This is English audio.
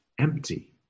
empty